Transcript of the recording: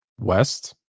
West